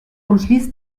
umschließt